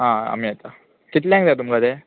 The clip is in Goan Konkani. आं आमी येता कितल्यांक जाय तुमकां तें